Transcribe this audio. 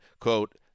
quote